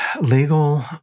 legal